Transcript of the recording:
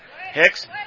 Hicks